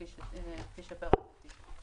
כפי שפירטתי.